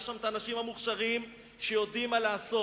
יש שם אנשים מוכשרים שיודעים מה לעשות,